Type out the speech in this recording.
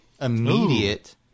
immediate